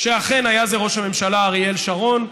שאכן היה זה ראש הממשלה אריאל שרון,